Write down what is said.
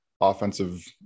offensive